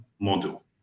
model